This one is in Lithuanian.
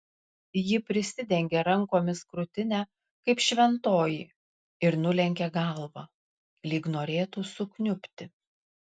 ji prisidengė rankomis krūtinę kaip šventoji ir nulenkė galvą lyg norėtų sukniubti